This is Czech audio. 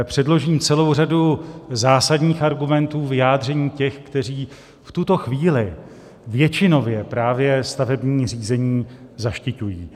Předložím celou řadu zásadních argumentů a vyjádření těch, kteří v tuto chvíli většinově právě stavební řízení zaštiťují.